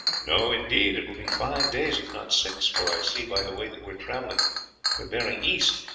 no, indeed it will be five days, if not six, for i see by the way that we are travelling we are bearing east,